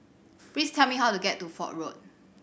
please tell me how to get to Fort Road